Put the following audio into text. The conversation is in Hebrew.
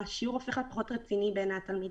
השיעור הופך להיות פחות רציני בעיני התלמידים.